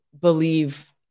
believe